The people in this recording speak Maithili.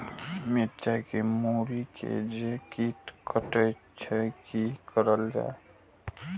मिरचाय के मुरी के जे कीट कटे छे की करल जाय?